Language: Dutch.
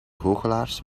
goochelaars